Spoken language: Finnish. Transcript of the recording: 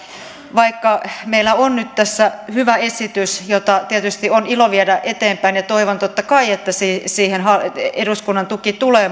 vaikka meillä on nyt tässä hyvä esitys jota tietysti on ilo viedä eteenpäin ja toivon totta kai että siihen eduskunnan tuki tulee